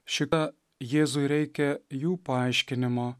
šitą jėzui reikia jų paaiškinimo